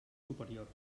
superiors